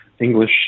English